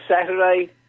Saturday